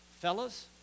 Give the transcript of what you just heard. Fellas